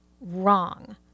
Wrong